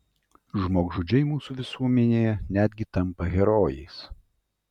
žmogžudžiai mūsų visuomenėje netgi tampa herojais